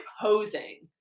posing